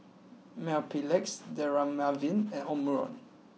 Mepilex Dermaveen and Omron